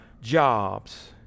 jobs